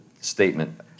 statement